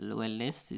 wellness